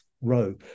row